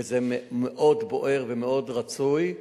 וזה מאוד בוער ומאוד רצוי,